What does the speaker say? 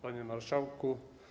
Panie Marszałku!